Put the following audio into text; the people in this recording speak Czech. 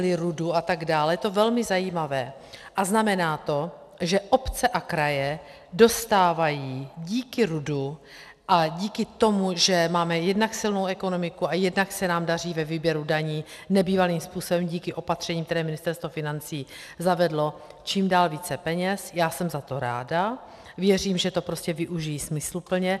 Je to velmi zajímavé a znamená to, že obce a kraje dostávají díky RUDu a díky tomu, že máme jednak silnou ekonomiku a jednak se nám daří ve výběru daní nebývalým způsobem díky opatřením, které Ministerstvo financí zavedlo, čím dál více peněz, já jsem za to ráda, věřím, že to prostě využijí smysluplně.